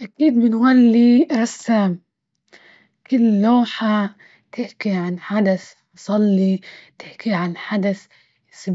أكيد بنولي رسام، كل لوحة تحكي عن حدث حصل لي، تحكي عن حدث